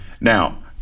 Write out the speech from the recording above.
Now